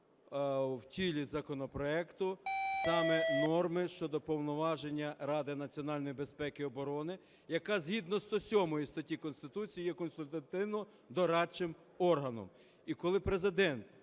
в тілі законопроекту саме норми щодо повноваження Ради національної безпеки і оборони, яка згідно 107 статті Конституції є консультативно-дорадчим органом. І коли Президент